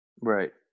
right